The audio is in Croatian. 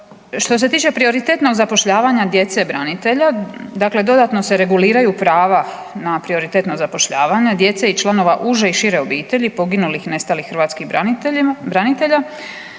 Što se tiče prioritetnog zapošljavanja djece branitelja dakle dodatno se reguliraju prava na prioritetno zapošljavanje djece i članova uže i šire obitelji poginulih i nestalih hrvatskih branitelja.